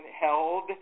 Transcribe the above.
held